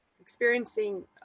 experiencing